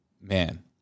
man